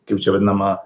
kaip čia vadinama